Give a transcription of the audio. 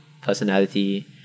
personality